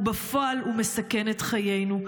ובפועל הוא מסכן את חיינו.